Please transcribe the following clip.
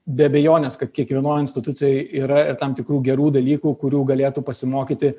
be abejonės kad kiekvienoj institucijoj yra ir tam tikrų gerų dalykų kurių galėtų pasimokyti